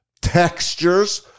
textures